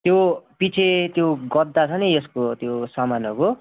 त्यो पछि त्यो गद्दा छ नि यसको त्यो सामानहरूको